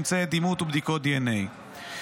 אמצעי דימות ובדיקות דנ"א.